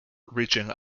reaching